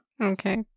Okay